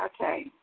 Okay